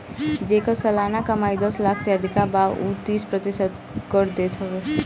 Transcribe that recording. जेकर सलाना कमाई दस लाख से अधिका बा उ तीस प्रतिशत कर देत हवे